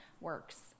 works